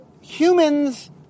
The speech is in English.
humans